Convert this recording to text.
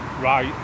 right